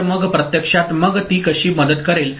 तर मग प्रत्यक्षात मग ती कशी मदत करेल